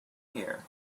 here